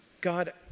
God